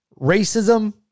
racism